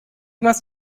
must